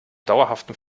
dauerhaften